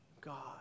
God